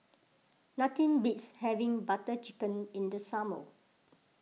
nothing beats having Butter Chicken in the summer